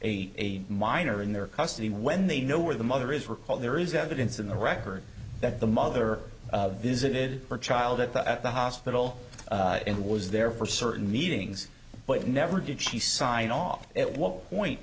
a minor in their custody when they know where the mother is recalled there is evidence in the record that the mother visited her child at the at the hospital and was there for certain meetings but never did she sign off at what point